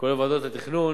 כולל ועדות התכנון.